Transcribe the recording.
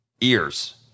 ears